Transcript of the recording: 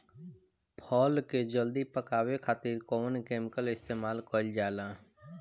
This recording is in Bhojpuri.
फल के जल्दी पकावे खातिर कौन केमिकल इस्तेमाल कईल जाला?